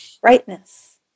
Brightness